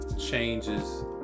changes